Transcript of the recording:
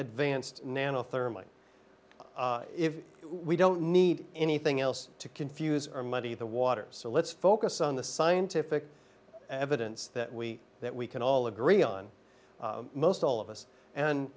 advanced nano thermite if we don't need anything else to confuse or muddy the waters so let's focus on the scientific evidence that we that we can all agree on most all of us and